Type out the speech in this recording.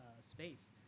space